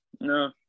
no